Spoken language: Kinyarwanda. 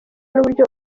n’uburyo